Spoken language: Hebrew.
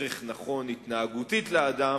ערך נכון התנהגותית לאדם,